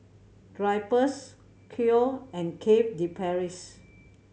Drypers Koi and Cafe De Paris